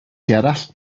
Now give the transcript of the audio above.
gerallt